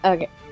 Okay